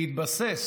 בהתבסס